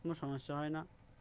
কোনো সমস্যা হয় না